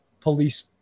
police